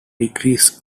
degrees